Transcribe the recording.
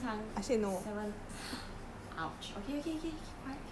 !ouch! okay okay okay keep quiet keep quiet